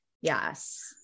Yes